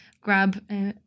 grab